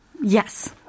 yes